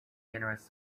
generous